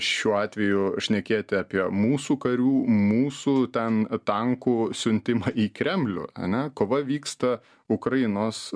šiuo atveju šnekėti apie mūsų karių mūsų ten tankų siuntimą į kremlių ane kova vyksta ukrainos